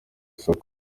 isoko